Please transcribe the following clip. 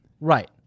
Right